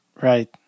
right